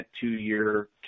two-year